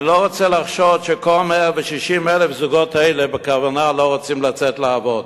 אני לא רוצה לחשוד שכל 160,000 הזוגות האלה בכוונה לא רוצים לצאת לעבוד.